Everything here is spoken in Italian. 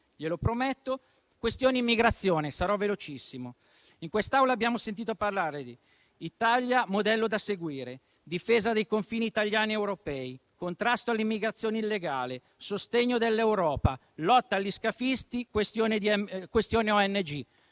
questione immigrazione sarò velocissimo. In quest'Aula abbiamo sentito parlare di: Italia modello da seguire; difesa dei confini italiani ed europei; contrasto all'immigrazione illegale; sostegno dell'Europa; lotta agli scafisti; questione ONG.